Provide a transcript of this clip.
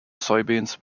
soybeans